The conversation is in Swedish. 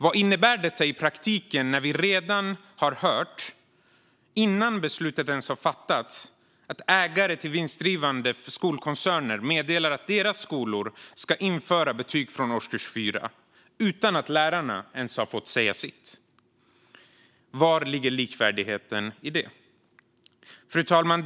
Vad innebär detta i praktiken när vi har hört, redan innan beslutet ens har fattats, att ägare till vinstdrivande skolkoncerner meddelar att deras skolor ska införa betyg från årskurs 4, utan att lärarna har fått säga sitt? Var ligger likvärdigheten i detta? Fru talman!